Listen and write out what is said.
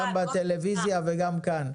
גם בטלוויזיה וגם כאן.